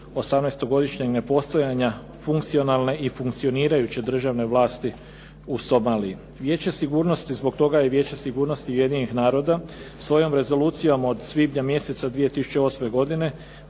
18 godišnjeg nepostojanja funkcionalne i funkcionirajući državne vlasti u Somaliji. Vijeće sigurnosti zbog toga je Vijeće sigurnosti Ujedinjenih naroda svojom rezolucijom od svibnja mjeseca 2008. godine